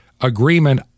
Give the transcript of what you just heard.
agreement